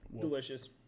delicious